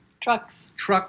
Trucks